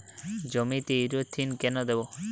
জমিতে ইরথিয়ন কেন দেবো?